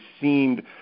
seemed